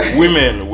women